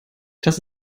das